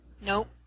Nope